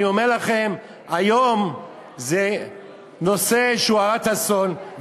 אני אומר לכם היום שזה נושא שהוא הרה אסון.